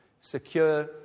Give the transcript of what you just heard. secure